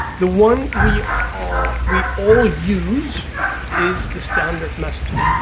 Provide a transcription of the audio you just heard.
the one we all we all use is the standard messaging.